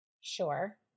Sure